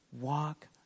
walk